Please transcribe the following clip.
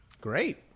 Great